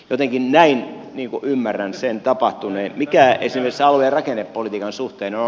jotenkin näin ymmärrän sen tapahtuneen mikä esimerkiksi alue ja rakennepolitiikan suhteen on